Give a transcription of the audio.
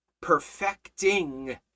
perfecting